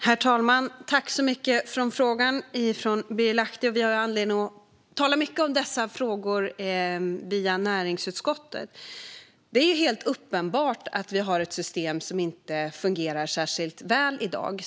Herr talman! Tack så mycket för frågan, Birger Lahti! Vi har anledning att tala mycket om dessa frågor via näringsutskottet. Det är helt uppenbart att vi i dag har ett system som inte fungerar särskilt väl.